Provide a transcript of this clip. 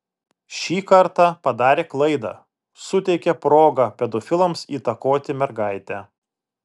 šį kartą padarė klaidą suteikė progą pedofilams įtakoti mergaitę